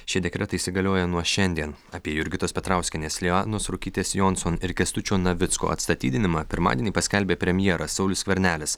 šie dekretai įsigalioja nuo šiandien apie jurgitos petrauskienės lianos ruokytės jonson ir kęstučio navicko atstatydinimą pirmadienį paskelbė premjeras saulius skvernelis